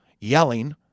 yelling